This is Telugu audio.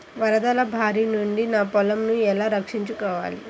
వరదల భారి నుండి నా పొలంను ఎలా రక్షించుకోవాలి?